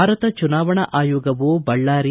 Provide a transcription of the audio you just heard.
ಭಾರತ ಚುನಾವಣಾ ಆಯೋಗವು ಬಳ್ಳಾರಿ